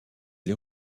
les